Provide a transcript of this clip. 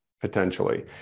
potentially